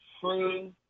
true